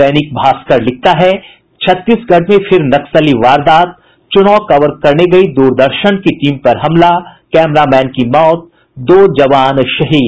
दैनिक भास्कर लिखता है छत्तीसगढ़ में फिर नक्सली वारदात चुनाव कवर करने गयी दूरदर्शन की टीम पर हमला कैमरा मैन की मौत दो जवान शहीद